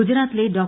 ഗുജറാത്തിലെ ഡോ